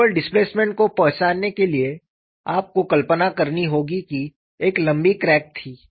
केवल डिस्प्लेसमेंट को पहचानने के लिए आपको कल्पना करनी होगी कि एक लंबी क्रैक थी